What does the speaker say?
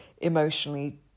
emotionally